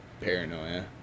Paranoia